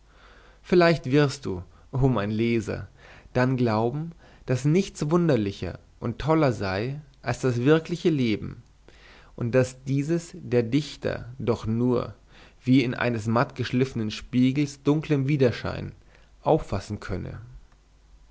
vielleicht wirst du o mein leser dann glauben daß nichts wunderlicher und toller sei als das wirkliche leben und daß dieses der dichter doch nur wie in eines matt geschliffnen spiegels dunklem widerschein auffassen könne